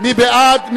מי בעד?